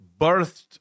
birthed